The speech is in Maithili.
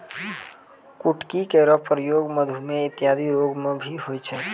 कुटकी केरो प्रयोग मधुमेह इत्यादि रोग म भी होय छै